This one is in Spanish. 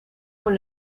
con